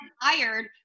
hired